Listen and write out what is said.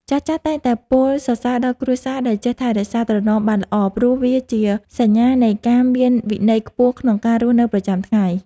ចាស់ៗតែងតែពោលសរសើរដល់គ្រួសារដែលចេះថែរក្សាត្រណមបានល្អ ព្រោះវាជាសញ្ញានៃការមានវិន័យខ្ពស់ក្នុងការរស់នៅប្រចាំថ្ងៃ។